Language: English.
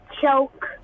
choke